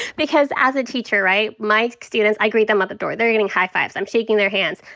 because as a teacher, right, my students, i greet them at the door. they're giving high fives. i'm shaking their hands.